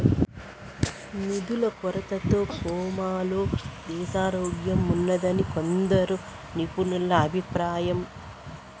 నిధుల కొరతతో కోమాలో దేశారోగ్యంఉన్నాదని కొందరు నిపుణుల అభిప్రాయం